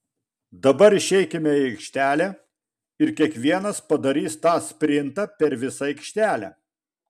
dabar išeikime į aikštelę ir kiekvienas padarys tą sprintą per visą aikštelę